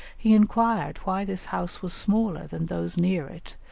he inquired why this house was smaller than those near it,